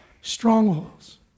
strongholds